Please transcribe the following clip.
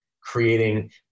creating